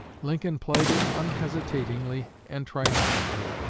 lincoln played it unhesitatingly and triumphantly.